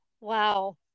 wow